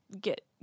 get